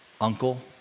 uncle